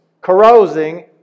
carousing